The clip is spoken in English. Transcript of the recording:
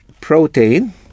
protein